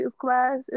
class